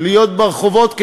להיות ברחובות,